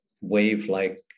wave-like